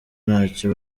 ntacyo